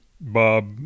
Bob